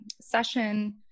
session